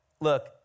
look